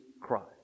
Christ